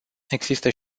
există